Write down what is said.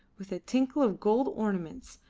with a tinkle of gold ornaments,